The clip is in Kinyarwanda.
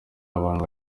abantu